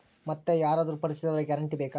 ಮತ್ತೆ ಯಾರಾದರೂ ಪರಿಚಯದವರ ಗ್ಯಾರಂಟಿ ಬೇಕಾ?